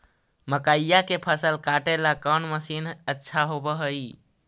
मकइया के फसल काटेला कौन मशीन अच्छा होव हई?